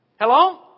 Hello